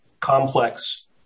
complex